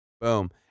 boom